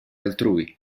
altrui